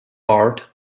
art